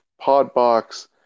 Podbox